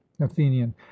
athenian